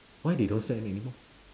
why they don't send anymore